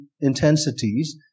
intensities